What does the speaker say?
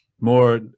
More